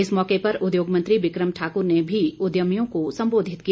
इस मौके पर उद्योग मंत्री विक्रम ठाकुर ने भी उद्यमियों को संबोधित किया